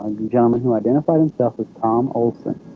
and gentleman who identified himself as tom olsen